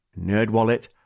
NerdWallet